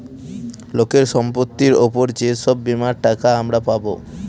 লোকের সম্পত্তির উপর যে সব বীমার টাকা আমরা পাবো